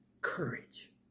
Courage